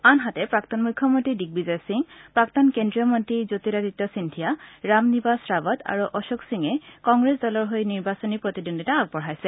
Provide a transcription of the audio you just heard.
আনহাতে প্ৰাক্তন মুখ্যমন্ত্ৰী দিশ্বিজয় সিং প্ৰাক্তন কেজ্ৰীয় মন্নী জ্যোতিৰাদিত্য সিন্ধিয়া ৰাম নিবাস ৰাৱট আৰু অশোক সিঙে কংগ্ৰেছ দলৰ হৈ নিৰ্বাচনী প্ৰতিদ্বন্দ্বিতা আগবঢ়াইছে